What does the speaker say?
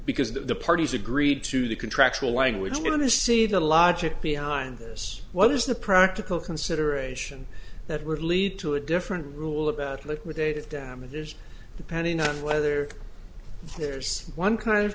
because that the parties agreed to the contractual language is going to see the logic behind this what is the practical consideration that would lead to a different rule about liquidated damages depending on whether there's one kind of